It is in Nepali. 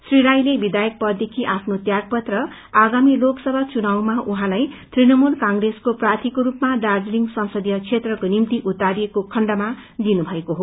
श्री राईले विधायक पददेखि आफ्नो त्याग पत्र आगामी लोकसभा चुनावमा उहाँलाई तृणमूल कंग्रेसको प्रार्थीको रूपमा दार्जीलिङ संसदीय क्षेत्रको निम्ति उतारिएको खण्डमा दिनुभएको हो